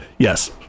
Yes